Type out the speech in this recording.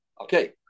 Okay